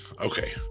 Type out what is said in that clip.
okay